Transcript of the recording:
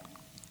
כן.